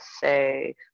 say